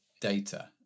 data